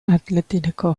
athleticeko